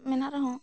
ᱢᱮᱱᱟᱜ ᱨᱮᱦᱚᱸ